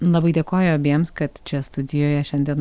labai dėkoju abiems kad čia studijoje šiandien